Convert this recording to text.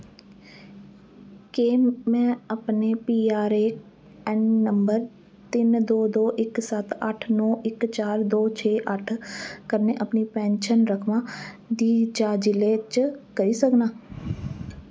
क्या मैं अपने पीआरएऐन्न नंबर तिन दो दो इक सत्त अट्ठ नौ इक चार दो छे अट्ठ कन्नै अपनी पैन्शन रकमा दी जां जि'ले च करी सकनां